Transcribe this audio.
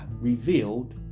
revealed